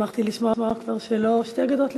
שמחתי לשמוע עכשיו שלא שתי גדות לירדן,